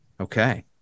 Okay